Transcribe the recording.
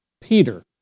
Peter